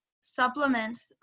supplements